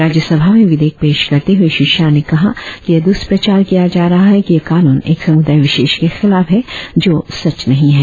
राज्यसभा में विधेयक पेश करते हुए श्री शाह ने कहा कि यह दुष्प्रचार किया जा रहा है कि यह कानून एक समुदाय विशेष के खिलाफ है जों सच नहीं है